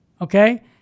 okay